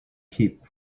keep